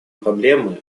проблемы